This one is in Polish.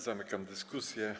Zamykam dyskusję.